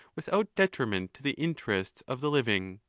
without detriment to the interests of the living.